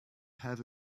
have